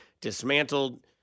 dismantled